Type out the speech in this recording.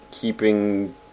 keeping